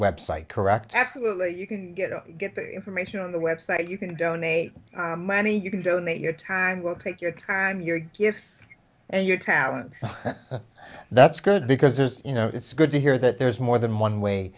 web site correct absolutely you can get the information on the web site you can donate money you can donate your time will take your time your gifts and your talents and that's good because there's you know it's good to hear that there's more than one way